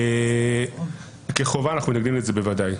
אנחנו מתנגדים לזה כחובה.